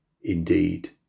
indeed